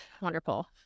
wonderful